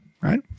right